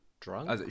drunk